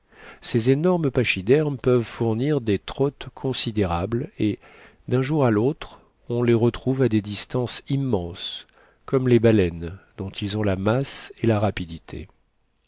ces énormes pachydermes peuvent fournir des trottes considérables et d'un jour à l'autre on les retrouve à des distances immenses comme les baleines dont ils ont la masse et la rapidité